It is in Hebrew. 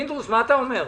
פינדרוס, מה אתה אומר?